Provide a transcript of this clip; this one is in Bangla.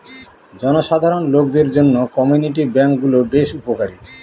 জনসাধারণ লোকদের জন্য কমিউনিটি ব্যাঙ্ক গুলো বেশ উপকারী